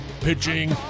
pitching